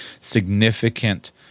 significant